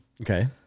Okay